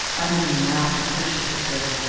undine laughed appreciatively.